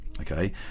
Okay